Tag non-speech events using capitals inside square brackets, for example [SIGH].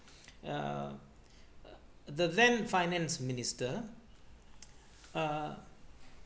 [BREATH] uh the then finance minister uh